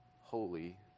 holy